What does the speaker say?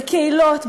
בקהילות,